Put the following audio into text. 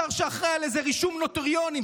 שר שאחראי לאיזה רישום נוטריונים,